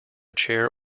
chair